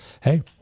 hey